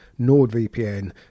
NordVPN